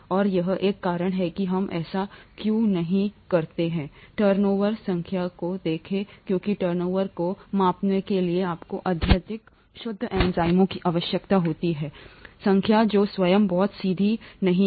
और यह एक कारण है कि हम ऐसा क्यों नहीं करते हैं टर्नओवर संख्या को देखें क्योंकि टर्नओवर को मापने के लिए आपको अत्यधिक शुद्ध एंजाइमों की आवश्यकता होती है संख्या जो स्वयं बहुत सीधी नहीं है